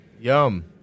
Yum